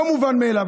לא מובן מאליו.